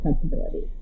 sensibilities